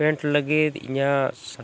print ᱞᱟᱹᱜᱤᱫ ᱤᱧᱟᱹᱜ